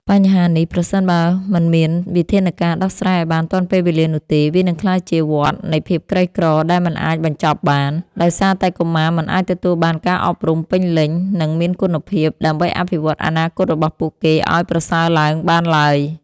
បញ្ហានេះប្រសិនបើមិនមានវិធានការដោះស្រាយឱ្យបានទាន់ពេលវេលានោះទេ វានឹងក្លាយជាវដ្តនៃភាពក្រីក្រដែលមិនអាចបញ្ចប់បាន ដោយសារតែកុមារមិនអាចទទួលបានការអប់រំពេញលេញ និងមានគុណភាពដើម្បីអភិវឌ្ឍអនាគតរបស់ពួកគេឱ្យប្រសើរឡើងបានឡើយ។